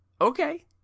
Okay